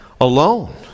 alone